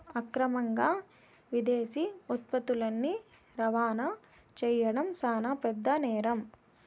అక్రమంగా విదేశీ ఉత్పత్తులని రవాణా చేయడం శాన పెద్ద నేరం